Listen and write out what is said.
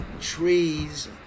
Trees